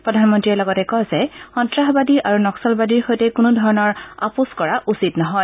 প্ৰধানমন্ত্ৰীয়ে লগতে কয় যে সন্ত্ৰাবাদী আৰু নক্সালবাদীৰ সৈতে কোনো ধৰণৰ আপোচ কৰা উচিত নহয়